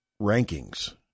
rankings